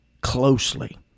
closely